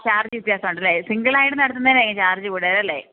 ആ ചാർജ് വ്യത്യാസം ഉണ്ടല്ലേ സിംഗിൾ ആയിട്ട് നടത്തുന്നതിനാണ് ഈ ചാർജ് കൂടുതൽ അല്ലേ